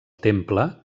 temple